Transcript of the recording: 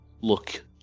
look